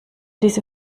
diese